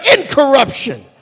incorruption